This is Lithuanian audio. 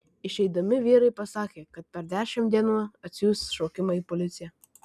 išeidami vyrai pasakė kad per dešimt dienų atsiųs šaukimą į policiją